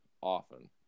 often